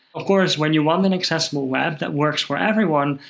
of course, when you want an accessible web that works for everyone,